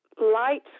light